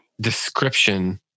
description